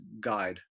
guide